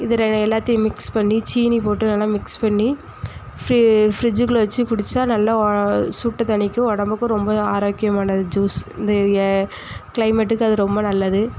இது எல்லாத்தையும் மிக்ஸ் பண்ணி சீனி போட்டு நல்லா மிக்ஸ் பண்ணி ஃப்ரிட்ஜுக்குள்ளே வச்சு குடித்தா நல்லா சூட்டைத்தணிக்கும் உடம்புக்கும் ரொம்ப ஆரோக்கியமான ஜூஸ் இந்த கிளைமேட்டுக்கு அது ரொம்ப நல்லது